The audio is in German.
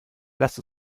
lasst